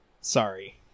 Sorry